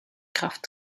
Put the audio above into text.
kraft